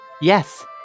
Yes